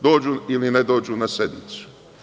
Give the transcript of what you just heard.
Dođu ili ne dođu na sednicu.